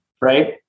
Right